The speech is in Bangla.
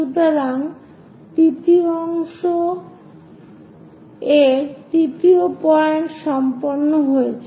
সুতরাং 3 য় অংশ এর 3 য় পয়েন্ট সম্পন্ন হয়েছে